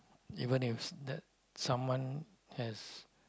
even if that someone has